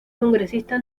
congresista